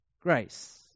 grace